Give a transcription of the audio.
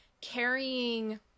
carrying